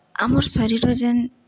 ଆମର୍ ଶରୀର ଯେନ୍